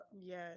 Yes